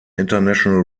international